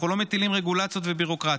אנחנו לא מטילים רגולציות וביורוקרטיה,